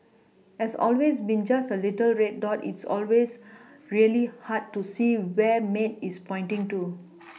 as always being just a little red dot it's always really hard to see where maid is pointing to